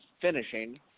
finishing